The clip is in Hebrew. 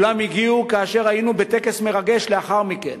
כולם הגיעו, והיינו בטקס מרגש לאחר מכן,